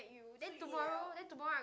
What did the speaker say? you then tomorrow then tomorrw I going